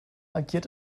agiert